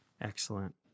Excellent